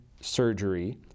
surgery